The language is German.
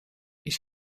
ich